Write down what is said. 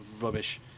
rubbish